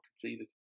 conceded